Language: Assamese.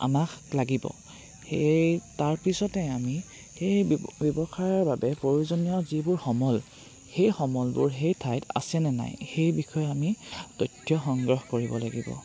আমাক লাগিব সেই তাৰপিছতে আমি সেই ব্যৱসায়ৰ বাবে প্ৰয়োজনীয় যিবোৰ সমল সেই সমলবোৰ সেই ঠাইত আছেনে নাই সেই বিষয়ে আমি তথ্য সংগ্ৰহ কৰিব লাগিব